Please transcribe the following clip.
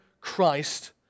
Christ